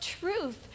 truth